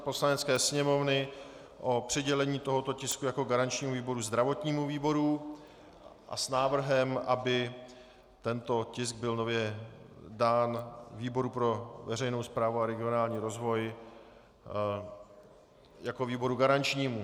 Poslanecké sněmovny o přidělení tohoto tisku jako garančnímu výboru zdravotnímu výboru a s návrhem, aby tento tisk byl nově dán výboru pro veřejnou správu a regionální rozvoj jako výboru garančnímu.